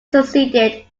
succeeded